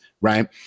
Right